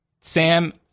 Sam